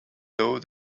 though